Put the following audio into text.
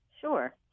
Sure